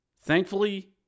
Thankfully